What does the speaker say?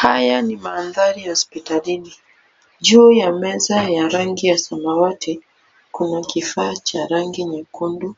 Haya ni mandhari ya hospitalini. Juu ya meza ya rangi ya samawati kuna kifaa cha rangi nyekundu,